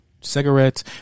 Cigarettes